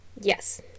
Yes